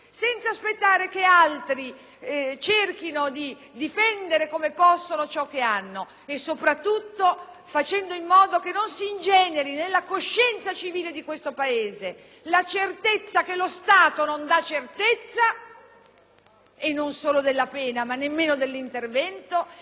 facendo in modo che non si ingeneri nella coscienza civile di questo Paese la certezza che lo Stato non dà certezza, e non solo della pena, ma nemmeno dell'intervento, e la certezza ancor più pericolosa per tutti noi che ci dobbiamo arrangiare e farci giustizia da soli.